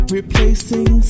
replacing